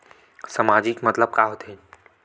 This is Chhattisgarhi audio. सामाजिक मतलब का होथे?